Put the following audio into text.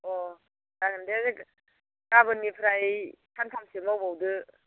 अह जागोन दे जागोन गाबोननिफ्राय सानथामसो मावबावदो